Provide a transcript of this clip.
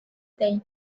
değil